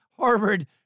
Harvard